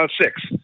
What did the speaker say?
Six